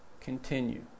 continue